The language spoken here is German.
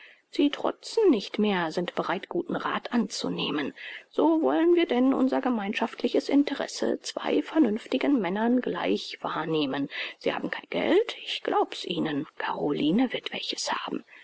sie trotzen nicht mehr sind bereit guten rath anzunehmen so wollen wir denn unser gemeinschaftliches interesse zwei vernünftigen männern gleich wahrnehmen sie haben kein geld ich glaub's ihnen caroline wird welches haben